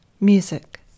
Music